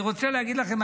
אני רוצה להגיד לכם,